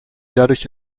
dadurch